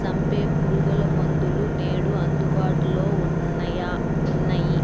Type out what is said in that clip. సంపె పురుగుమందులు నేడు అందుబాటులో ఉన్నయ్యి